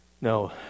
No